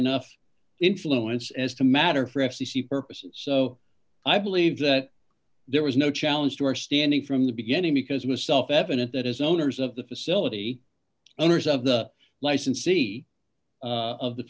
enough influence as to matter for f c c purposes so i believe that there was no challenge to our standing from the beginning because of a self evident that has owners of the facility owners of the licensee of the